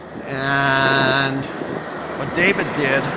and what david did